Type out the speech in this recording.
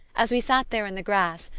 as we sat there in the grass,